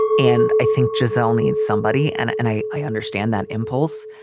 and i think chazelle needs somebody. and and i i understand that impulse.